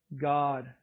God